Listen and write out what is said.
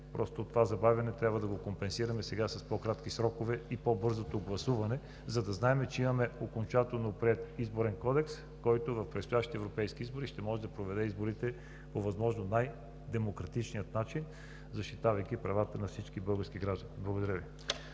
това забавяне трябва да го компенсираме сега с по-кратки срокове и по-бързото гласуване, за да знаем, че имаме окончателно приет Изборен кодекс, който в предстоящите европейски избори ще може да проведе изборите по възможно най-демократичния начин, защитавайки правата на всички български граждани. Благодаря Ви.